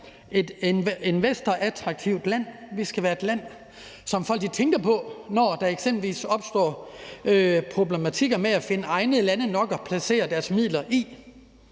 for investorer. Vi skal være et land, som folk tænker på, når der eksempelvis opstår problematikker med at finde egnede lande nok at placere deres midler i.